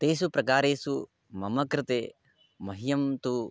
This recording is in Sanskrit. तेषु प्रकारेषु मम कृते मह्यं तु